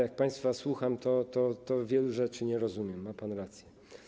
Jak państwa słucham, to wielu rzeczy nie rozumiem, ma pan rację.